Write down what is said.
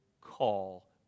call